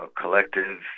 collective